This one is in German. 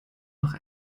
noch